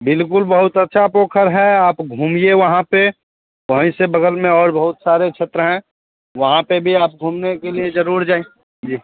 बिल्कुल बहुत अच्छा पोखर है आप घूमिए वहाँ पर वहीं से बग़ल में और बहुत सारे क्षेत्र हैं वहाँ पर भी आप घूमने के लिए ज़रूर जाएं जी